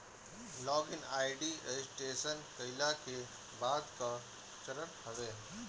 log in ID registration कईला के बाद कअ चरण हवे